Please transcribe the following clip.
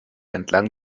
entlang